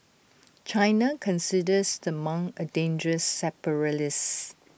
China considers the monk A dangerous separatist